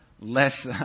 less